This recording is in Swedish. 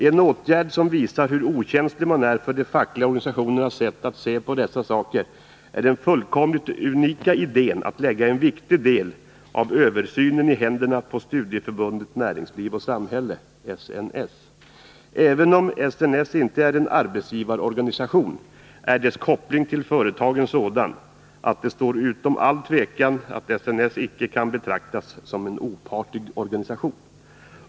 En åtgärd som visar hur okänslig man är för de fackliga organisationernas sätt att se på dessa saker är den fullkomligt unika idén att lägga en viktig del av översynen i händerna på Studieförbundet Näringsliv och Samhälle, SNS. Även om SNS inte är en arbetsgivarorganisation, är dess koppling till företagen sådan att det står utom all tvekan att SNS icke kan betraktas som en opartisk organisation.